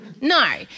No